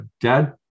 Dad